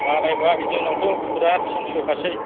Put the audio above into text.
बारायबाय जोंनावथ' फुरा थिनस खासै